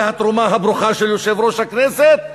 אחרי התרומה הברוכה של יושב-ראש הכנסת,